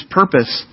purpose